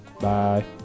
Bye